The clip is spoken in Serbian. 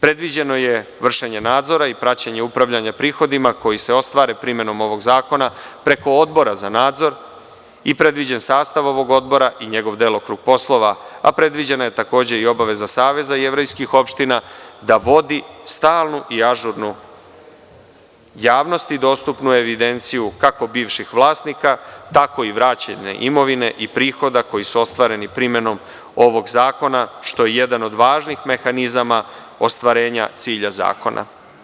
Predviđeno je vršenje nadzora i praćenje upravljanja prihodima koji se ostvare primenom ovog zakona preko Odbora za nadzor i predviđen je sastav ovog odbora i njegov delokrug poslova, a predviđena je takođe i obaveza Saveza jevrejskih opština da vodi stalnu i ažurnu, javnosti dostupnu evidenciju, kako bivših vlasnika, tako i vraćene imovine i prihoda koji su ostvareni primenom ovog zakona, što je jedan od važnih mehanizama ostvarenja cilja zakona.